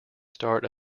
start